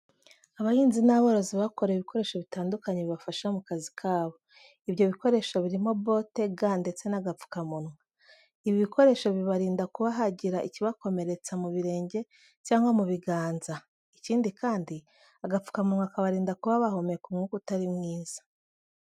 Abahinzi n'aborozi bakorewe ibikoresho bitandukanye bibafasha mu kazi kabo. Ibyo bikoresho birimo bote, ga ndetse n'agapfukamunwa. Ibi bikoresho bibarinda kuba hagira ikibakomeretse mu birenge cyangwa mu biganza. Ikindi kandi, agapfukamunwa kabarinda kuba bahumeka umwuka utari mwiza.